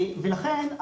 ולכן,